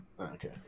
Okay